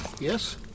yes